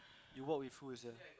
you walk with who sia